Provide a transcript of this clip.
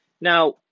Now